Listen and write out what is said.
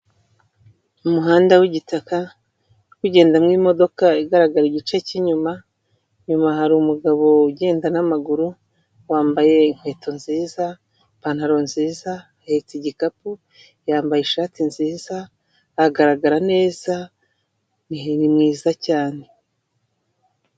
Umuhanda w'igitaka ugendamo imodoka igaragara igice cy'inyuma, inyuma hari umugabo ugenda n'amaguru wambaye inkweto nziza, ipantaro nziza, ahetse igikapu, yambaye ishati nziza agaragara neza nyine ni mwiza cyane.